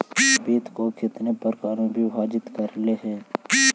वित्त को कितने प्रकार में विभाजित करलइ हे